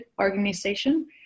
organization